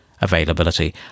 availability